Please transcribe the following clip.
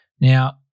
Now